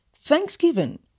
Thanksgiving